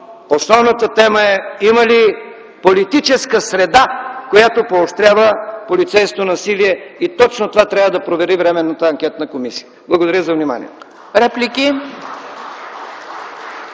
основната тема е: има ли политическа среда, която поощрява полицейското насилие? Точно това трябва да провери Временната анкетна комисия. Благодаря за вниманието.